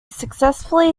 successfully